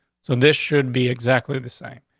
so this should be exactly the same.